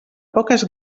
poques